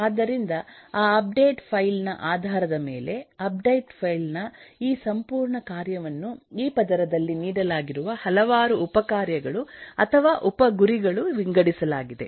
ಆದ್ದರಿಂದ ಆ update file ನ ಆಧಾರದ ಮೇಲೆ ಅಪ್ಡೇಟ್ ಫೈಲ್ ನ ಈ ಸಂಪೂರ್ಣ ಕಾರ್ಯವನ್ನು ಈ ಪದರದಲ್ಲಿ ನೀಡಲಾಗಿರುವ ಹಲವಾರು ಉಪ ಕಾರ್ಯಗಳು ಅಥವಾ ಉಪ ಗುರಿಗಳು ವಿಂಗಡಿಸಲಾಗಿದೆ